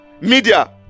Media